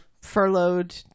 furloughed